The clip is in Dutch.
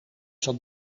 zat